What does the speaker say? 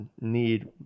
need